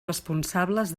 responsables